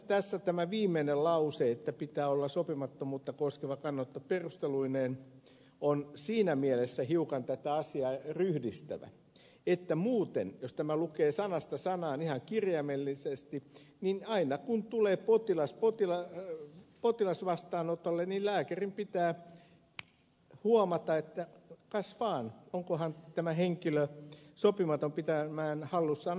tässä tämä viimeinen lause että pitää olla sopimattomuutta koskeva kannanotto perusteluineen on siinä mielessä hiukan tätä asiaa ryhdistävä että muuten jos tämän lukee sanasta sanaan ihan kirjaimellisesti niin aina kun tulee potilas vastaanotolle niin lääkärin pitää huomata että kas vaan onkohan tämä henkilö sopimaton pitämään hallussaan ampuma asetta